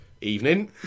evening